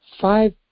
five